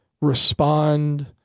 respond